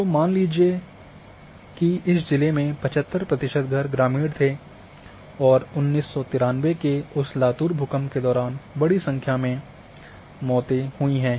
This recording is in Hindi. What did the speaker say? तो मान लेते हैं कि इस जिले में 75 प्रतिशत घर ग्रामीण थे और 1993 के उस लातूर भूकंप के दौरान बड़ी संख्या में मौतें हुई हैं